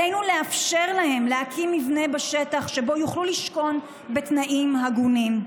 עלינו לאפשר להם להקים מבנה בשטח שבו יוכלו לשכון בתנאים הגונים.